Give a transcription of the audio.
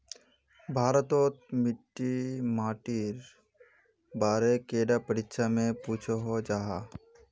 भारत तोत मिट्टी माटिर बारे कैडा परीक्षा में पुछोहो जाहा जाहा?